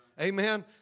Amen